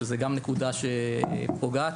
זאת נקודה שפוגעת.